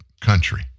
country